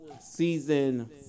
season